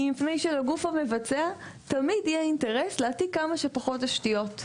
מפני שלגוף המבצע תמיד יהיה אינטרס להעתיק כמה שפחות תשתיות.